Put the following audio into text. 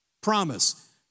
promise